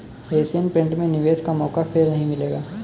Asian paint में निवेश का मौका फिर नही मिलेगा